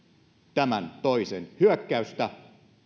tämän toisen hyökkäystä